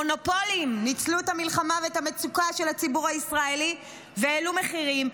מונופולים ניצלו את המלחמה ואת המצוקה של הציבור הישראלי והעלו מחירים.